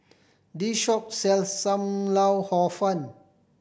this shop sells Sam Lau Hor Fun